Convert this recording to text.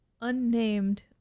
unnamed